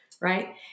right